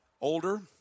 older